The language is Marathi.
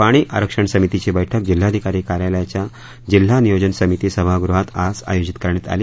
पाणी आरक्षण समितीची बैठक जिल्हाधिकारी कार्यालयाच्या जिल्हा नियोजन समिती सभागृहात आज आयोजित करण्यात आली